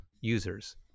users